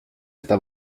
está